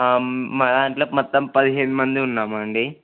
మా దాంట్లో మొత్తం పదిహేను మంది ఉన్నాం అండి